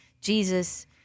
Jesus